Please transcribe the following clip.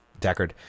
Deckard